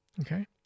Okay